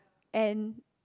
and